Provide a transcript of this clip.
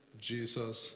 Jesus